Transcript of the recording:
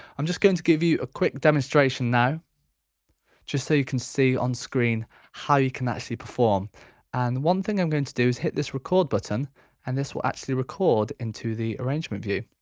i'm just going to give you a quick demonstration now just so you can see on screen how you can actually perform and one thing i'm going to do is hit this record button and this will actually record into the arrangement view.